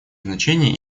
значение